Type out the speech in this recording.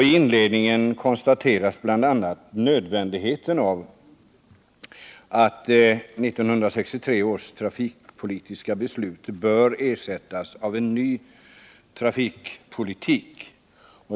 I inledningen konstateras bl.a. att 1963 års trafikpolitiska beslut bör ersättas av en ny trafikpolitik.